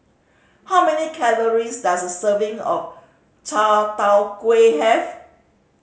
how many calories does a serving of Chai Tow Kuay have